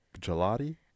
gelati